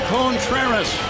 Contreras